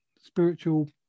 spiritual